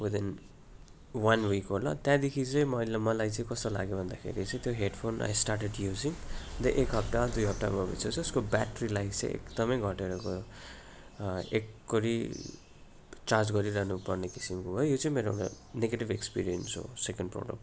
within one week होला त्यहाँदेखि चाहिँ म मलाई चाहिँ कस्तो लाग्यो भन्दाखेरि चाहिँ त्यो headphone I started using अन्त एक हप्ता दुई हप्ता भए पछि चाहिँ उसको ब्याट्री लाइफ चाहिँ एकदम घटेर गयो एकोहोरो चार्ज गरिरहनु पर्ने किसिमको है यो चाहिँ मेरो नेगेटिभ एक्सपिरियन्स हो सेकेन्ड प्रडक्टको